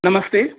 नमस्ते